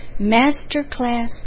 Masterclass